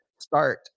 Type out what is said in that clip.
start